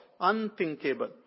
unthinkable